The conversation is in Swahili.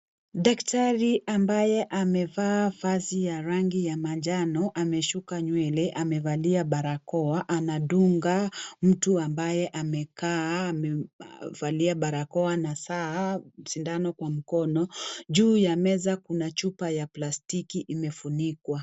Daktari ambaye amevaa vazi ya rangi ya manjano, ameshuka nywele, amevalia barakoa, anadunga mtu ambaye amekaa. Amevalia barakoa na saa na sindano kwa mkono. Juu ya meza kuna chupa ya plastiki imefunikwa.